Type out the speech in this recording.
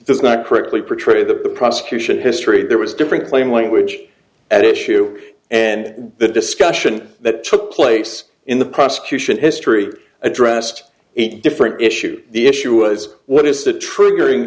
does not correctly pro trade the prosecution history there was different claim language at issue and the discussion that took place in the prosecution history addressed a different issue the issue is what is the tr